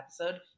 episode